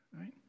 right